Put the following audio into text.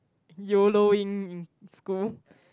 Yoloing in school